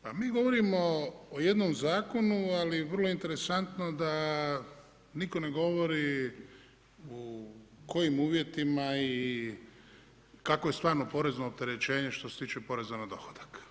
Pa mi govorimo o jednom Zakonu, ali vrlo interesantno da nitko ne govori u kojim uvjetima i kakvo je stvarno porezno opterećenje što se tiče poreza na dohodak.